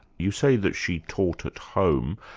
you say that she taught at home,